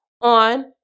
on